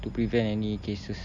to prevent any cases